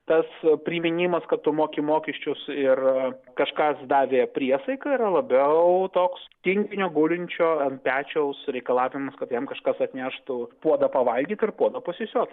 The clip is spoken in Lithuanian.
tas priminimas kad tu moki mokesčius ir kažkas davė priesaiką yra labiau toks tinginio gulinčio ant pečiaus reikalavimas kad jam kažkas atneštų puodą pavalgyt ir puodą pasisiot